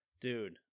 dude